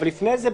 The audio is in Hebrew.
לפני זה,